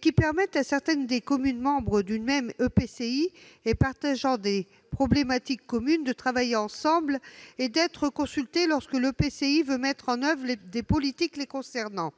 qui permettent à certaines des communes membres d'un même EPCI rencontrant des difficultés communes de travailler ensemble et d'être consultées lorsque l'EPCI veut mettre en oeuvre des politiques les concernant.